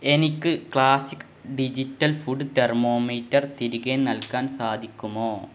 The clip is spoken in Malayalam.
എനിക്ക് ക്ലാസ്സിക് ഡിജിറ്റൽ ഫുഡ് തെർമോമീറ്റർ തിരികെ നൽകാൻ സാധിക്കുമോ